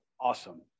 awesome